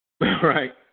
Right